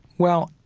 well,